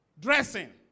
dressing